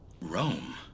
Rome